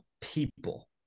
people